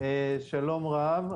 שלום רב.